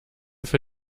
für